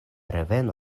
reveno